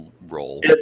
role